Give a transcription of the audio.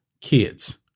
kids